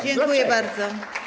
Dziękuję bardzo.